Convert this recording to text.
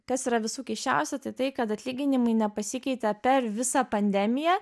kas yra visų keisčiausia tai tai kad atlyginimai nepasikeitė per visą pandemiją